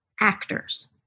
actors